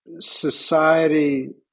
society